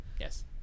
Yes